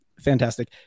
Fantastic